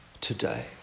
today